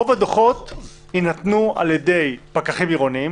רוב הדוחות ינתנו על-ידי פקחים רבים,